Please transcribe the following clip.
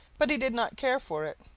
but he did not care for it.